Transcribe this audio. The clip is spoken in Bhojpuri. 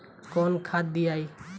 कौन खाद दियई?